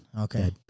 okay